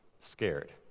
scared